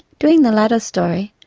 doing the latter story,